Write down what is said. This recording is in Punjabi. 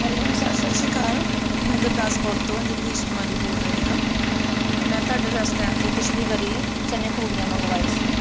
ਹੈਲੋ ਸਰ ਸਤਿ ਸ਼੍ਰੀ ਅਕਾਲ ਮੈਂ ਗੁਰਦਾਸਪੁਰ ਤੋਂ ਜਗਦੀਸ਼ ਕੁਮਾਰੀ ਬੋਲ ਰਹੀ ਹਾਂ ਮੈਂ ਤੁਹਾਡੇ ਰੈਸਟੋਰੈਂਟ ਤੋਂ ਪਿਛਲੀ ਵਾਰੀ ਚਨੇ ਪੂੜੀਆਂ ਮੰਗਵਾਏ ਸੀ